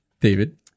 David